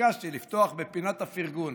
ביקשתי לפתוח בפינת הפרגון.